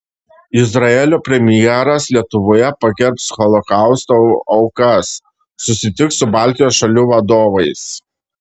izraelio premjeras lietuvoje pagerbs holokausto aukas susitiks su baltijos šalių vadovais